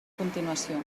continuació